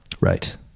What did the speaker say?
Right